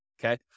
okay